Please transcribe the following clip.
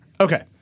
Okay